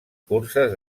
curses